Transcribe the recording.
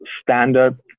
standard